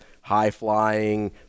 high-flying